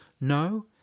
No